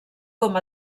com